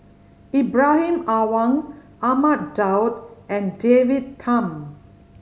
Ibrahim Awang Ahmad Daud and David Tham